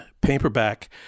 paperback